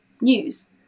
news